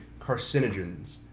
carcinogens